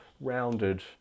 rounded